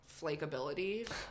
flakability